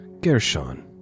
Gershon